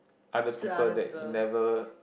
other people that you never